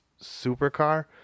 supercar